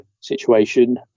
situation